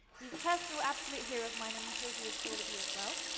he's a personal absolute hero of mine and i'm sure he is for all of you, as well.